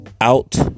out